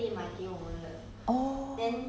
(uh huh) Calbee